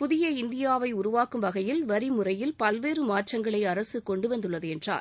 புதிய இந்தியாவை உருவாக்கும் வகையில் வரிமுறையில் பல்வேறு மாற்றங்களை அரசு கொண்டு வந்துள்ளது என்றார்